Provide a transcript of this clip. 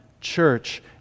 church